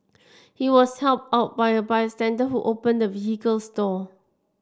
he was helped out by a bystander who opened the vehicle's door